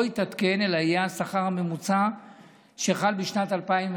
יתעדכן אלא יהיה השכר הממוצע שחל בשנת 2020